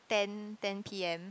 ten ten P_M